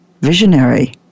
visionary